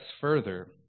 further